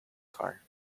car